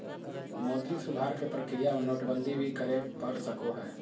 मौद्रिक सुधार के प्रक्रिया में नोटबंदी भी करे पड़ सको हय